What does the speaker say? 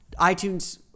iTunes